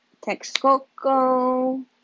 Texcoco